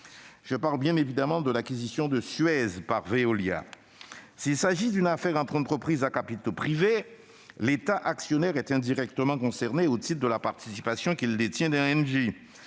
Je parle, bien évidemment, de l'acquisition de Suez par Veolia. S'il s'agit d'une affaire entre entreprises à capitaux privés, l'État actionnaire est indirectement concerné au titre de la participation qu'il détient dans Engie.